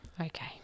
Okay